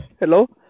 hello